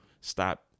stop